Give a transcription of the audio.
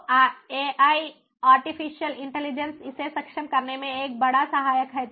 तो AI artificial intelligence इसे सक्षम करने में एक बड़ा सहायक है